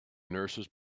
nurses